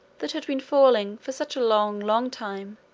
that had been falling for such a long, long time,